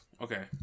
Okay